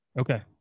Okay